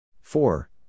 Four